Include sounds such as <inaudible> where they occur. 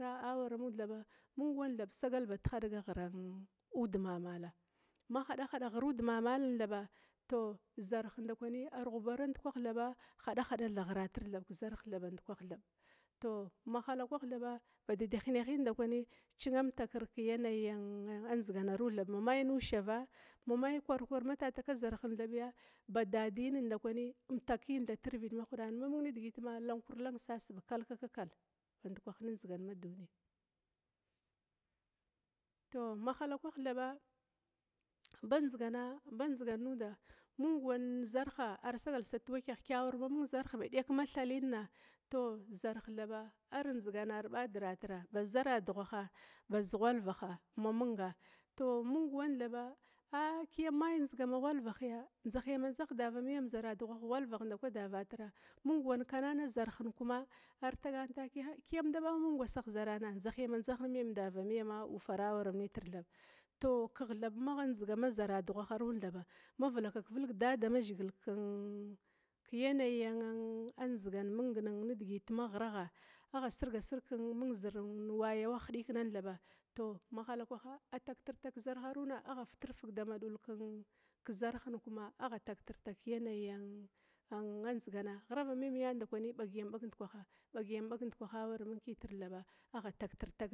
A awaramad thaba mung wan thab sagal bad hadga ghirudah mamala, ma hada hada ghirudah mamalna, tou zirh ndakwi arghubara ndkwaha thaba hadahada ghiratir thab kezarh tha bankwah thab, tou mahala kwaha ba dadahineh ndakwi cina bamtakira ma yanayi ya ndziganaru thab ma mai nushava mai nin kwarkwara matataka zarhnaya ba dadin mtakin mirvid mahudana, mamung nidigit ma cankur lang sa. sama hineh ba kalkakakal <unintelligible> tou mahalakwah thaba ba ndzigana ba ndzigan nada mung wan kezarha kyawar ma thali mang zarh ba dekna tou zarh thaba ardzigana arɓadiratira baz zaradughaha baz zara ghwalvaha mamunga, tou mung wan thaba aa kiyam maya ndziga ma ghwalvahga, ndzahyama ndzahig davamiyama, ghwalvah ndakwi davatira, mang wan kana zarhin kuma ar tagana takia ndzah yama ndzahig davamiyama ufara waramitar, thab, tou kegh thab magha ndzigan ma zaradughaharu thaba ma vilakag vilg dadamazhigil ken yanayi an adzigan mung nin nedigit maghiragha hidikinan thaba, tou mahalakwa agha tagtirtag kezarharuna agha fitir fig dama dul kezarhin kama agha tagtir tag ke yaniyi ann adzigana, ghirava miyam ndakwi ɓagyam ɓag ndkwa ha waramung kitir agha tagtir tag.